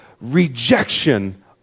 rejection